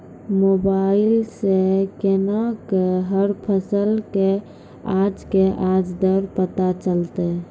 Mobile सऽ केना कऽ हर फसल कऽ आज के आज दर पता चलतै?